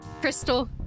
Crystal